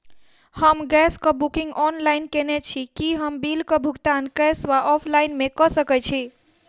हम गैस कऽ booking online केने छी, की हम बिल कऽ भुगतान कैश वा ऑफलाइन मे कऽ सकय छी?